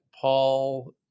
Paul